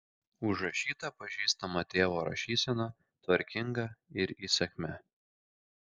užrašyta pažįstama tėvo rašysena tvarkinga ir įsakmia